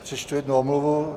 Přečtu jednu omluvu.